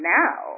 now